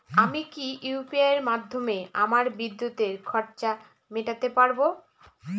আমি কি ইউ.পি.আই মাধ্যমে আমার বিদ্যুতের খরচা মেটাতে পারব?